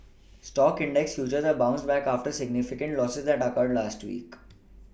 stock index futures have bounced back after significant Losses that occurred last week